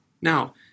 Now